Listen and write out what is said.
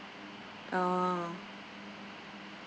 ah